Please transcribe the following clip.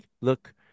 look